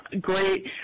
great